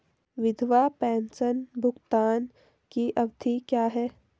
विधवा पेंशन भुगतान की अवधि क्या है?